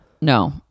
No